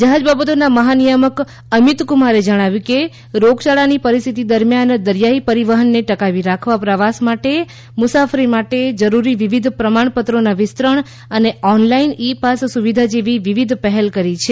જહાજ બાબતોના મહાનિયામક અમિત કુમારે જણાવ્યું કે રોગયાળાની પરિસ્થિતિ દરમિયાન દરિયાઇ પરિવહનને ટકાવી રાખવા પ્રવાસ માટે મુસાફરી માટે જરૂરી વિવિધ પ્રમાણપત્રોના વિસ્તરણ અને ઑનલાઇન ઇ પાસ સુવિધા જેવી વિવિધ પહેલ કરી છે